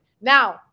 Now